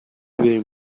بریم